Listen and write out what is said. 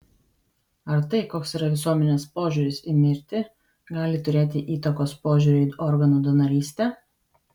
ar tai koks yra visuomenės požiūris į mirtį gali turėti įtakos požiūriui į organų donorystę